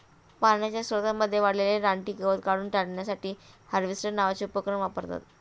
पाण्याच्या स्त्रोतांमध्ये वाढलेले रानटी गवत काढून टाकण्यासाठी हार्वेस्टर नावाचे उपकरण वापरतात